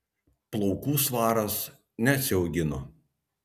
plaukų svaras neatsiaugino